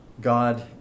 God